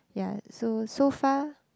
ya so so far